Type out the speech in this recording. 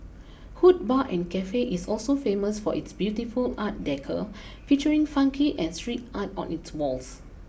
Hood Bar and Cafe is also famous for its beautiful art decor featuring funky and street art on its walls